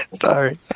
Sorry